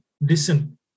listen